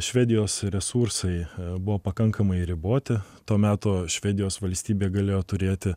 švedijos resursai buvo pakankamai riboti to meto švedijos valstybė galėjo turėti